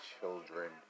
children